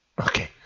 Okay